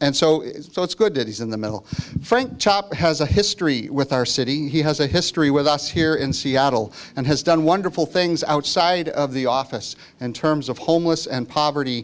and so so it's good that he's in the middle frank top has a history with our city he has a history with us here in seattle and has done wonderful things outside of the office in terms of homeless and poverty